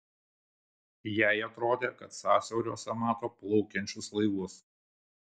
jai atrodė kad sąsiauriuose mato plaukiančius laivus